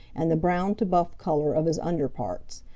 and the brown to buff color of his under parts.